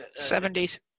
70s